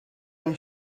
and